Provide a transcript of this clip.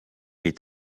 est